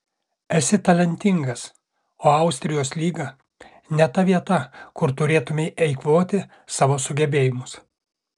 esi talentingas o austrijos lyga ne ta vieta kur turėtumei eikvoti savo sugebėjimus